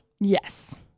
Yes